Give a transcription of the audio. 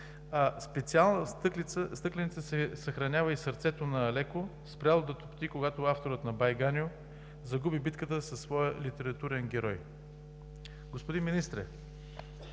специална стъкленица се съхранява и сърцето на Алеко, спряло да тупти, когато авторът на „Бай Ганьо“ загуби битката със своя литературен герой. Господин Министър,